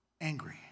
angry